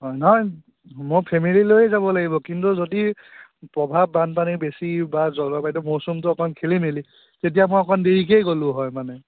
অঁ নহয় মোৰ ফেমিলি লৈয়েই যাব লাগিব কিন্তু যদি প্ৰভাৱ বানপানীৰ বেছি বা জলবায়ুটো মৌচুমটো অকণমান খেলিমেলি তেতিয়া মই অকণমান দেৰিকেই গ'লো হয় মানে